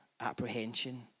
apprehension